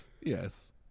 Yes